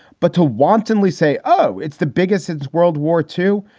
but to wantonly say, oh, it's the biggest since world war two.